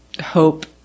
hope